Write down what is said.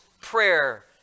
prayer